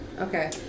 Okay